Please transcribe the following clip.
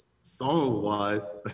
song-wise